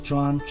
John